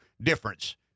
difference